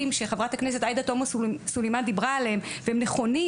- שחברת הכנסת עאידה תומא סלימאן דיברה עליהם והם נכונים